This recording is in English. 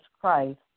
Christ